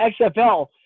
XFL